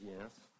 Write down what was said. yes